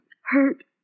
hurt